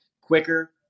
quicker